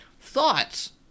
thoughts